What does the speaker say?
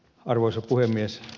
arvoisa puhemies